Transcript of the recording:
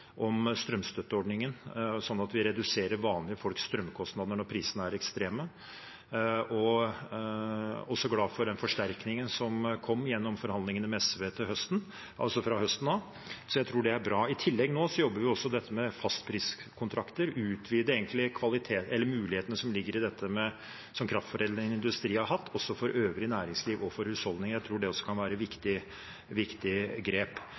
om strømstøtteordningen, sånn at vi reduserer vanlige folks strømkostnader når prisene er ekstreme. Jeg er også glad for den forsterkningen som kom gjennom forhandlingene med SV fra høsten av, så jeg tror det er bra. I tillegg jobber vi nå med fastpriskontrakter, utvide mulighetene som ligger i det som kraftforedlende industri har hatt, også for øvrig næringsliv og husholdninger. Jeg tror det også kan være viktige grep.